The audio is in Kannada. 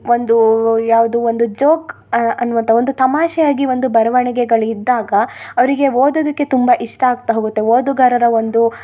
ಒಂದು ಯಾವುದು ಒಂದು ಜೋಕ್ ಅನ್ನುವಂಥ ಒಂದು ತಮಾಷೆ ಆಗಿ ಒಂದು ಬರಣಿಗೆಗಳ್ ಇದ್ದಾಗ ಅವರಿಗೆ ಓದೋದಕ್ಕೆ ತುಂಬ ಇಷ್ಟ ಆಗ್ತಾ ಹೋಗುತ್ತೆ ಓದುಗಾರರ ಒಂದು